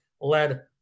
led